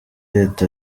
leta